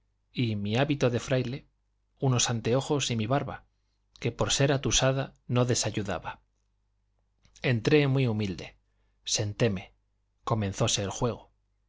y mi hábito de fraile unos antojos y mi barba que por ser atusada no desayudaba entré muy humilde sentéme comenzóse el juego